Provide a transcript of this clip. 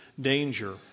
danger